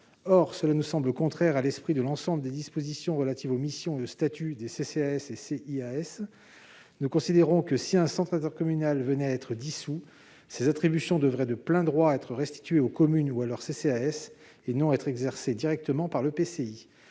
Cela nous semble contraire à l'esprit de l'ensemble des dispositions relatives aux missions et aux statuts des CCAS et CIAS. À nos yeux, si un centre intercommunal venait à être dissous, ses attributions devraient de plein droit être restituées aux communes ou à leurs CCAS, et non être exercées directement par l'EPCI.